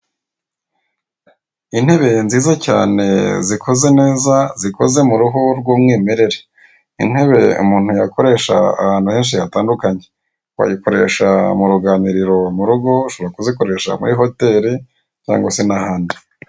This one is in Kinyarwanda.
Intebe nziza cyane zikoze neza, zikoze mu ruhu rw'umwimerere, intebe umuntu yakoresha ahantu henshi hatandukanye: wayikoresha mu ruganiriro mu rugo, ushobora kuzikoresha muri hoteli cyangwa se n'ahandi.